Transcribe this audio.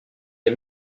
des